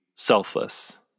selfless